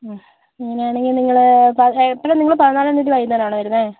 അങ്ങനെയാണെങ്കിൽ നിങ്ങൾ എപ്പോഴാണ് നിങ്ങൾ പതിനാലാം തീയതി വൈകുന്നേരം ആണോ വരുന്നത്